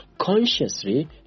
consciously